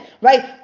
right